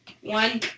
One